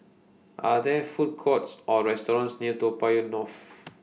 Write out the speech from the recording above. Are There Food Courts Or restaurants near Toa Payoh North